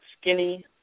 skinny